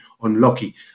unlucky